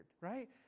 right